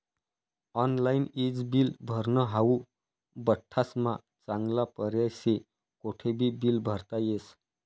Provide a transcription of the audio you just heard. online ईज bill भरनं हाऊ बठ्ठास्मा चांगला पर्याय शे, कोठेबी बील भरता येस